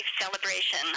celebration